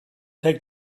take